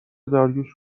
داریوش